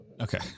Okay